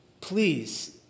please